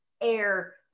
air